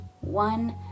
one